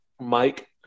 Mike